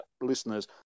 listeners